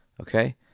Okay